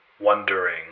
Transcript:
wondering